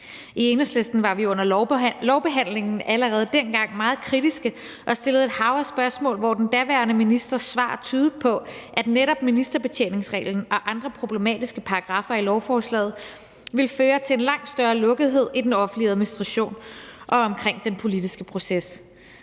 I Enhedslisten var vi under lovbehandlingen allerede dengang meget kritiske og stillede et hav af spørgsmål, hvor den daværende ministers svar tydede på, at netop ministerbetjeningsreglen og andre problematiske paragraffer i lovforslaget ville føre til en langt større lukkethed i den offentlige administration og omkring den politiske proces.